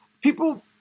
people